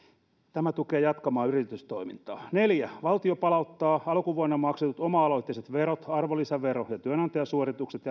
tämä tukee jatkamaan yritystoimintaa neljä valtio palauttaa alkuvuonna maksetut oma aloitteiset verot arvonlisävero ja työnantajasuoritukset